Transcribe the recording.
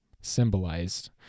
symbolized